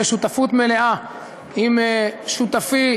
בשותפות מלאה עם שותפי,